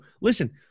Listen